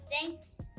thanks